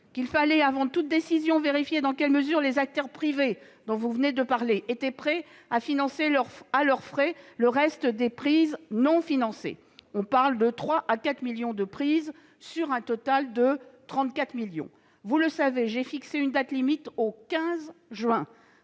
qu'il fallait, avant toute décision, vérifier dans quelle mesure les acteurs privés que vous avez évoqués étaient prêts à financer à leurs frais le reste des prises non financées. On parle là de 3 à 4 millions de prises, sur un total de 34 millions. Vous n'ignorez pas que j'ai fixé au 15 juin